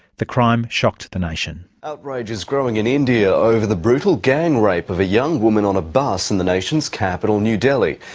the crime shocked the nation. outrage is growing in india over the brutal gang-rape of a young woman on a bus in the nation's capital new delhi.